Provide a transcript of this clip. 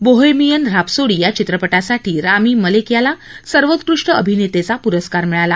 Bohemian Rhapsody या चित्रपटासाठी Rami Malek याला सर्वोत्कृष्ट अभिनेत्याचा पुरस्कार मिळाला